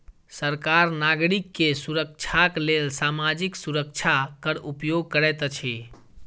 सरकार नागरिक के सुरक्षाक लेल सामाजिक सुरक्षा कर उपयोग करैत अछि